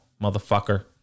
motherfucker